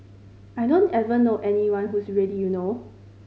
I don't ever know anyone who's ready you know